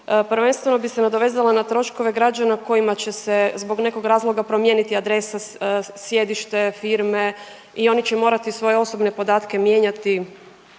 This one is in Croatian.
Prvenstveno bih se nadovezala na troškove građana kojima će se zbog nekog razloga promijeniti adresa, sjedište firme i oni će morati svoje osobne podatke mijenjati